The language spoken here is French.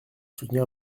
soutenir